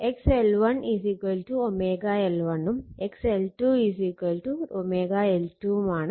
x l1 L1 ഉം x l2 L2 ആണ്